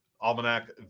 almanac